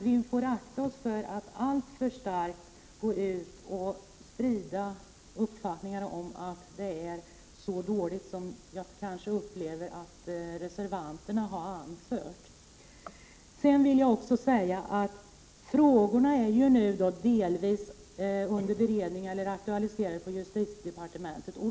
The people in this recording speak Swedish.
Vi bör akta oss för att alltför starkt gå ut och sprida uppfattningen att det är så dåligt som reservanterna enligt min uppfattning anför. Dessa frågor är nu delvis under beredning eller aktualiserade på justitiedepartementet.